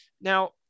Now